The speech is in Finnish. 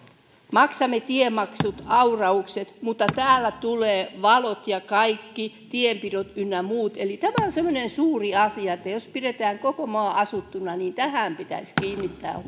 maksamme tiemaksut auraukset mutta täällä tulee valot ja kaikki tienpidot ynnä muut eli tämä on semmoinen suuri asia että jos pidetään koko maa asuttuna niin tähän pitäisi kiinnittää